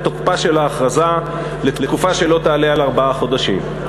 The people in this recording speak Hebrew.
תוקפה של ההכרזה לתקופה שלא תעלה על ארבעה חודשים.